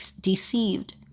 deceived